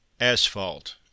Asphalt